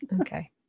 Okay